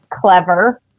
clever